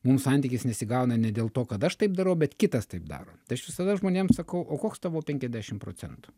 mum santykis nesigauna ne dėl to kad aš taip darau bet kitas taip daro tai aš visada žmonėms sakau o koks tavo penkiasdešimt procentų